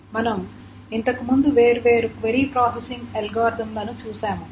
మనము ఇంతకుముందు వేర్వేరు క్వరీ ప్రాసెసింగ్ అల్గారిథమ్ లను చూశాము